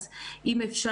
אז אם אפשר,